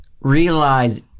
realize